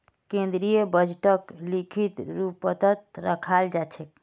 केन्द्रीय बजटक लिखित रूपतत रखाल जा छेक